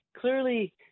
clearly